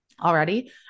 already